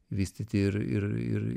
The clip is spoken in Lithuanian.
vystyti ir ir ir